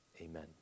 Amen